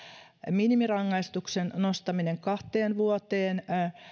minimirangaistuksen nostaminen kahteen vuoteen